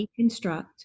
deconstruct